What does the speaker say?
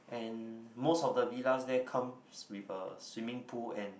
and most of the villas there comes with a swimming pool and